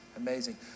amazing